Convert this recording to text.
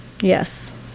Yes